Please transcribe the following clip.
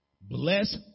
Bless